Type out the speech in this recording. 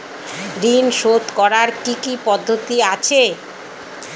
ঋন শোধ করার কি কি পদ্ধতি আছে?